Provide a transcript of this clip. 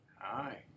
Hi